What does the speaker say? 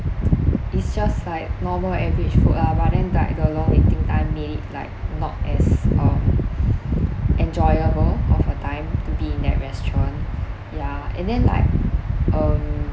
it's just like normal average food ah but then like the long waiting time made it like not as um enjoyable of a time to be in that restaurant yeah and then like um